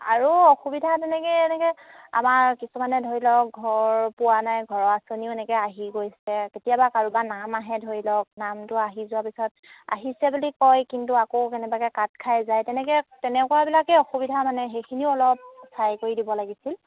আৰু অসুবিধা তেনেকৈ এনেকৈ আমাৰ কিছুমানে ধৰি লওক ঘৰ পোৱা নাই ঘৰৰ আঁচনিও এনেকৈ আহি গৈছে কেতিয়াবা কাৰোবাৰ নাম আহে ধৰি লওক নামটো আহি যোৱাৰ পিছত আহিছে বুলি কয় কিন্তু আকৌ কেনেবাকৈ কাট খাই যায় তেনেকৈ তেনেকুৱাবিলাকে অসুবিধা মানে সেইখিনিও অলপ চাই কৰি দিব লাগিছিল